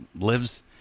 lives